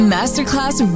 Masterclass